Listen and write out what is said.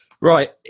Right